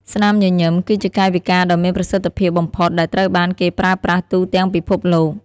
ស្នាមញញឹម គឺជាកាយវិការដ៏មានប្រសិទ្ធភាពបំផុតដែលត្រូវបានគេប្រើប្រាស់ទូទាំងពិភពលោក។